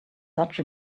such